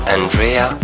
Andrea